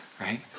right